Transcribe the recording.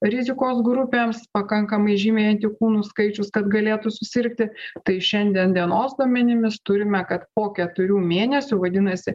rizikos grupėms pakankamai žymiai antikūnų skaičius kad galėtų susirgti tai šiandien dienos duomenimis turime kad po keturių mėnesių vadinasi